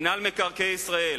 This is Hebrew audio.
מינהל מקרקעי ישראל,